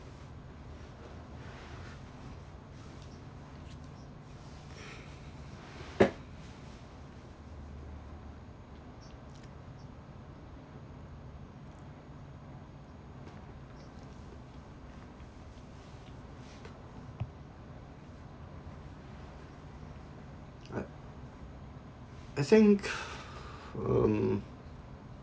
I I think um